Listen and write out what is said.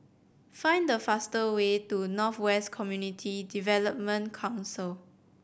find the fastest way to North West Community Development Council